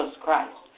Christ